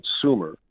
consumer